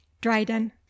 dryden